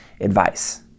advice